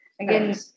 Again